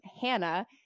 Hannah